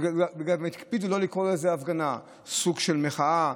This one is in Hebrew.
וגם הקפידו לא לקרוא לזה הפגנה, סוג של מחאה,